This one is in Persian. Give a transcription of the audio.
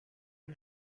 این